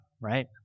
right